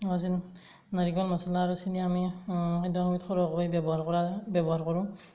নাৰিকল মচলা আৰু চেনি আমি সৰহকৈ ব্যৱহাৰ কৰা ব্যৱহাৰ কৰোঁ